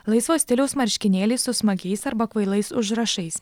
laisvo stiliaus marškinėliai su smagiais arba kvailais užrašais